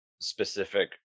specific